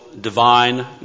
divine